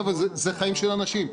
חבר'ה, זה חיים של אנשים.